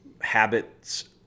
habits